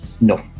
no